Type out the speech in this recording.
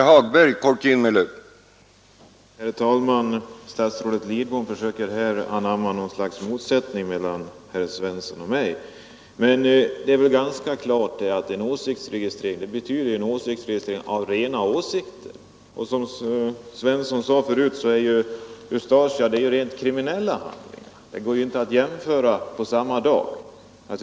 Herr talman! Statsrådet Lidbom försöker uppamma något slags motsättning mellan herr Svensson i Malmö och mig. Men det är väl ganska klart att en åsiktsregistrering betyder en registrering av rena åsikter. Som herr Svensson förut sade är det vad gäller Ustasja fråga om rent kriminella handlingar, som inte på något sätt är jämförbara i detta sammanhang.